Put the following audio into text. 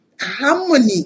harmony